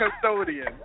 custodian